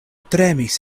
tremis